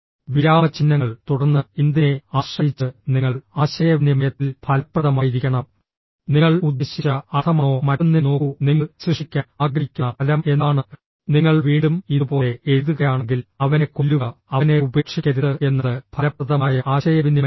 വിരാമചിഹ്നങ്ങൾ തുടർന്ന് എന്തിനെ ആശ്രയിച്ച് നിങ്ങൾ ആശയവിനിമയത്തിൽ ഫലപ്രദമായിരിക്കണം നിങ്ങൾ ഉദ്ദേശിച്ച അർത്ഥമാണോ മറ്റൊന്നിനെ നോക്കൂ നിങ്ങൾ സൃഷ്ടിക്കാൻ ആഗ്രഹിക്കുന്ന ഫലം എന്താണ് നിങ്ങൾ വീണ്ടും ഇതുപോലെ എഴുതുകയാണെങ്കിൽ അവനെ കൊല്ലുക അവനെ ഉപേക്ഷിക്കരുത് എന്നത് ഫലപ്രദമായ ആശയവിനിമയമാണ്